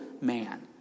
man